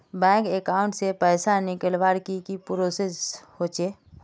Bank account से पैसा निकालवर की की प्रोसेस होचे?